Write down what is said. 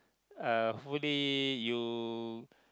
uh hopefully you